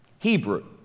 Hebrew